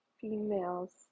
females